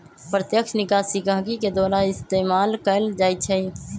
प्रत्यक्ष निकासी गहकी के द्वारा इस्तेमाल कएल जाई छई